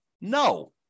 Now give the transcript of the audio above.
No